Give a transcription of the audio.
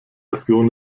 version